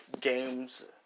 games